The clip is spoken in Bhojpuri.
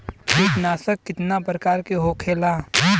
कीटनाशक कितना प्रकार के होखेला?